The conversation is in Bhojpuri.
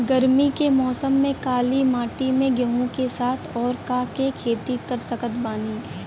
गरमी के मौसम में काली माटी में गेहूँ के साथ और का के खेती कर सकत बानी?